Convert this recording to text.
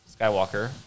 Skywalker